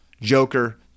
Joker